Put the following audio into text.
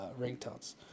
ringtones